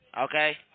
okay